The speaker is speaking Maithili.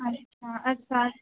अच्छा अच्छा